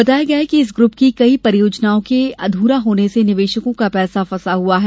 बताया गया है कि इस ग्रुप की कई परियोजनाओं के अध्रा होने से निवेशकों का पैसा फसा हुआ है